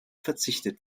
verzichtet